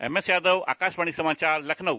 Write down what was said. M S Yadav Akashvani समाचार लखनऊ